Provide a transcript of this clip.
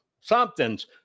Something's